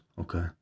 Okay